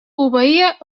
obeïa